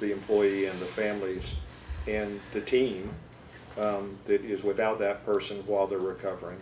the employee and the family and the team that is without that person while they're recovering